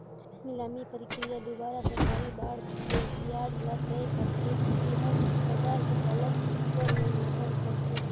निलामी प्रकिया के दुवारा सरकारी बांड के बियाज ल तय करथे, येहर बाजार के चलत ऊपर में निरभर करथे